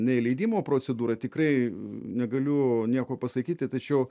neįleidimo procedūrą tikrai negaliu nieko pasakyti tačiau